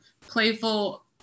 Playful